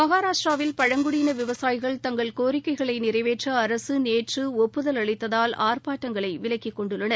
மகாராஷ்டிராவில் பழங்குடியின விவசாயிகள் தங்கள் கோரிக்கைகளை நிறைவேற்ற அரசு நேற்று ஒப்புதல் அளித்ததால் ஆர்ப்பாட்டங்களை விலக்கிக்கொண்டுள்ளனர்